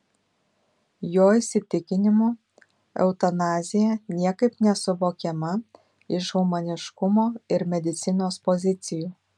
jo įsitikinimu eutanazija niekaip nesuvokiama iš humaniškumo ir medicinos pozicijų